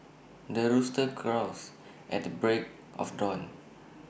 the rooster crows at the break of dawn